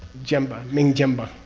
jenba, ming jenba.